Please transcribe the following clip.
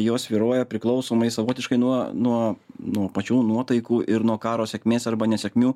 jos svyruoja priklausomai savotiškai nuo nuo nuo pačių nuotaikų ir nuo karo sėkmės arba nesėkmių